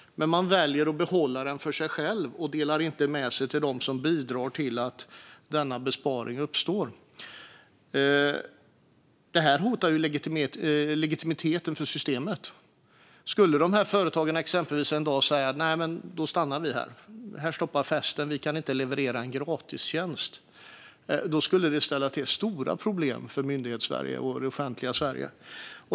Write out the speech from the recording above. Men man väljer att behålla den för sig själv och delar inte med sig till dem som bidrar till att denna besparing uppstår. Detta hotar legitimiteten för systemet. Exempelvis skulle de här företagen en dag kunna säga: Nej, då slutar vi här. Här stoppar festen. Vi kan inte leverera en gratistjänst. Då skulle det ställa till med stora problem för Myndighetssverige och det offentliga Sverige.